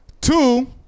Two